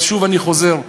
אבל אני חוזר שוב: